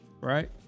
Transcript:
Right